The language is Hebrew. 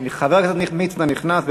חבר הכנסת מצנע נכנס.